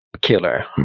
killer